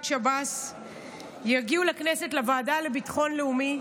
שב"ס יגיעו לכנסת לוועדה לביטחון לאומי,